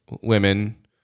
women